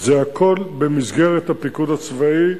הכול במסגרת הפיקוד הצבאי,